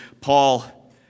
Paul